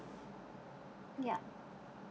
yup